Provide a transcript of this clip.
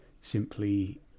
simply